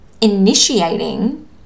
initiating